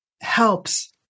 helps